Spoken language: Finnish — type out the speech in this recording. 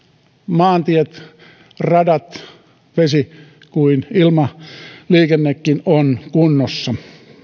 maantiet ja radat kuin vesi ja ilmaliikennekin ovat kunnossa